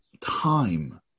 time